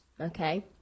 okay